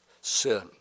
sin